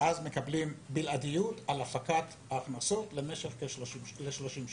מקבלים בלעדיות על הפקת ההכנסות למשך 30 שנה.